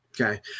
Okay